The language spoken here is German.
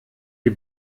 die